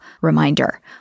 reminder